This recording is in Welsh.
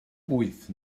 wyth